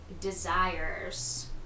desires